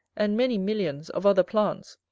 and many millions of other plants,